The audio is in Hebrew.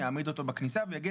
יעמיד אותו בכניסה ויגיד,